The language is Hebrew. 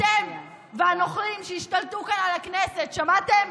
אתם והנוכלים שהשתלטו כאן על הכנסת, שמעתם?